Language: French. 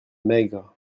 maigres